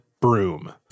broom